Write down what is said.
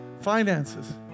Finances